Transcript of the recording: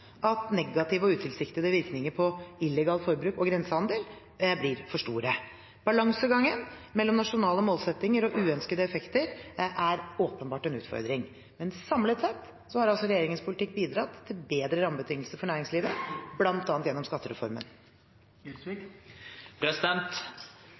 at negative og utilsiktede virkninger på illegalt forbruk og grensehandel blir for store. Balansegangen mellom nasjonale målsettinger og uønskede effekter er åpenbart en utfordring. Men samlet sett har regjeringens politikk bidratt til bedre rammebetingelser for næringslivet, bl.a. gjennom skattereformen.